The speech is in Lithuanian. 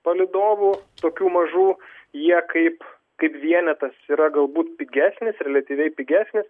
palydovų tokių mažų jie kaip kaip vienetas yra galbūt pigesnis reliatyviai pigesnis